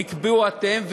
תקבעו אתם.